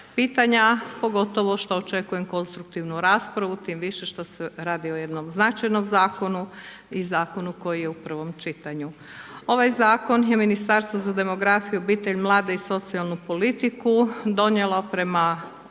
pogotovo što očekujem konstruktivnu raspravu, tim više što se radi o jednom značajnom zakonu i zakonu koji je u prvom čitanju. Ovaj Zakon je Ministarstvo za demografiju, obitelj, mlade i socijalnu politiku donijelo prema